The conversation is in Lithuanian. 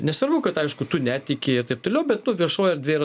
nesvarbu kad aišku tu netiki ir taip toliau bet nu viešoj erdvėj